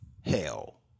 hell